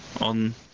on